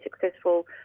successful